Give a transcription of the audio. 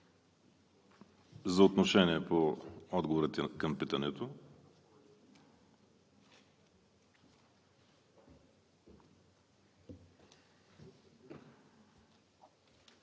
за отношение по отговорите към питането?